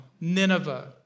Nineveh